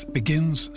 begins